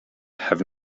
have